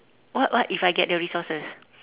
what what if I get the resources